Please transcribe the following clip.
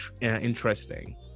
interesting